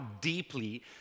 deeply